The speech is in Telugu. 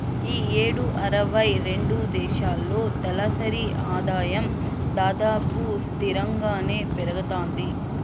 ఈ యేడు అరవై రెండు దేశాల్లో తలసరి ఆదాయం దాదాపు స్తిరంగానే పెరగతాంది